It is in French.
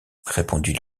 répondit